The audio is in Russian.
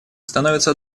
становится